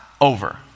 over